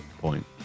point